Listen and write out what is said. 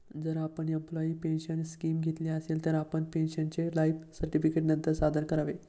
जर आपण employee pension scheme घेतली असेल, तर आपण पेन्शनरचे लाइफ सर्टिफिकेट नंतर सादर करावे